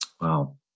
Wow